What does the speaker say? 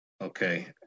Okay